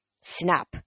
Snap